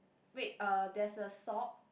wait uh there's a sock